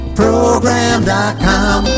program.com